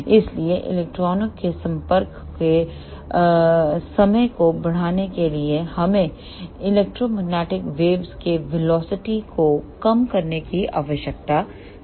इसलिए इलेक्ट्रॉनों के संपर्क के समय को बढ़ाने के लिए हमें इलेक्ट्रोमैग्नेटिक वेव्स के वेलोसिटी को कम करने की आवश्यकता है